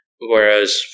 whereas